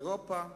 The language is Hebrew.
לממוצע באירופה,